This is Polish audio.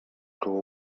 koło